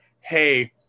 Hey